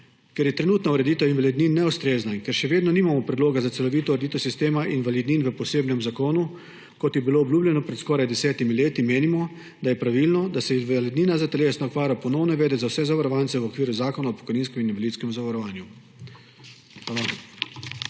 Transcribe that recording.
Ker je trenutna ureditev invalidnin neustrezna in ker še vedno nimamo predloga za celovito ureditev sistema invalidnin v posebnem zakonu, kot je bilo obljubljeno pred skoraj 10 leti, menimo, da je pravilno, da se invalidnina za telesno okvaro ponovno uvede za vse zavarovance v okviru Zakona o pokojninskem in invalidskem zavarovanju. Hvala.